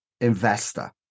investor